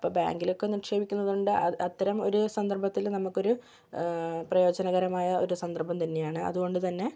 അപ്പം ബാങ്കിലൊക്കെ നിക്ഷേപിക്കുന്നത് കൊണ്ട് അത് അത്തരം ഒരു സന്ദർഭത്തിൽ നമുക്കൊരു പ്രയോജനകരമായ ഒരു സന്ദർഭം തന്നെയാണ് അതുകൊണ്ട് തന്നെ